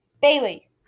Bailey